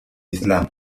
islam